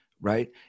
right